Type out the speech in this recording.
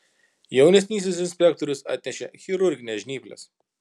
jaunesnysis inspektorius atnešė chirurgines žnyples